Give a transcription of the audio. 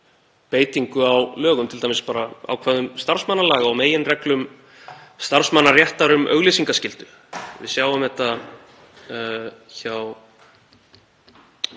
beitingu á lögum, t.d. bara ákvæðum starfsmannalaga og meginreglum starfsmannaréttar um auglýsingaskyldu. Við sjáum þetta hjá